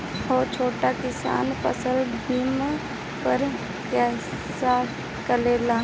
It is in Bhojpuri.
हा छोटा किसान फसल बीमा पा सकेला?